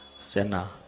Sena